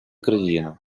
країну